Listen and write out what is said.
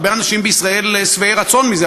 הרבה אנשים בישראל שבעי רצון מזה,